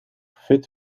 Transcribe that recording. fit